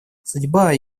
судьба